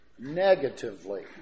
negatively